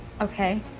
Okay